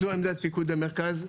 זו עמדת פיקוד המרכז.